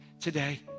today